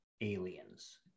aliens